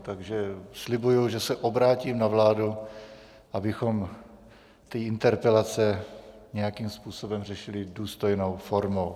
Takže slibuji, že se obrátím na vládu, abychom interpelace nějakým způsobem řešili důstojnou formou.